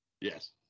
Yes